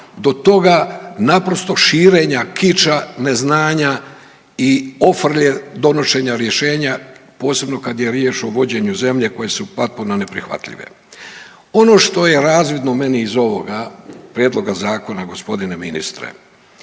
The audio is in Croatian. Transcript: do toga naprosto širenja kiča neznanja i ofrlje donošenja rješenja, posebno kad je riječ o vođenju zemlje koje su potpuno neprihvatljive. Ono što je razvidno meni iz ovoga prijedloga zakona g. ministre